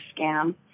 scam